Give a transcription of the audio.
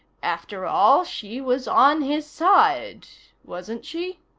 after all, she was on his side wasn't she?